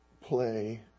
play